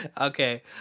Okay